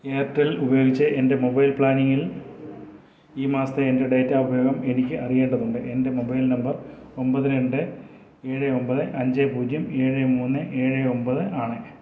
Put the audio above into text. Airtel ഉപയോഗിച്ച് എൻ്റെ mobile പ്ലാനിങ്ങിൽ ഈ മാസത്തെ എൻ്റെ ഡാറ്റ ഉപയോഗം എനിക്ക് അറിയേണ്ടതുണ്ട് എൻ്റെ മൊബൈൽ നമ്പർ ഒമ്പത് രണ്ട് ഏഴ് ഒമ്പത് അഞ്ച് പൂജ്യം ഏഴ് മൂന്ന് ഏഴ് ഒമ്പത് ആണ്